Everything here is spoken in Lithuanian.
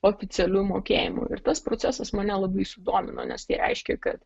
oficialiu mokėjimu ir tas procesas mane labai sudomino nes tai reiškia kad